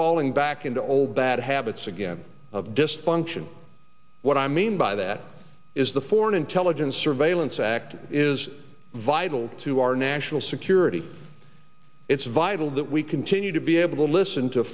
falling back into old bad habits again of just function what i mean by that is the foreign intelligence surveillance act is vital to our national security it's vital that we continue to be able to listen to